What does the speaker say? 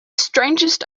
strangest